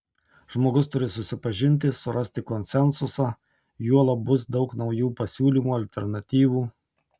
žmogus turi susipažinti surasti konsensusą juolab bus daug naujų pasiūlymų alternatyvų